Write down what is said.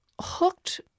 Hooked